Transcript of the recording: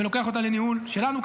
ולוקח אותה לניהול שלנו,